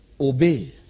obey